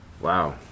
wow